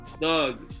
dog